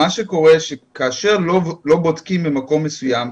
שקורה כאשר אנחנו לא בודקים במקום מסוים,